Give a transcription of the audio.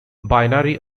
binary